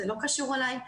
זה לא קשור אלי,